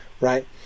right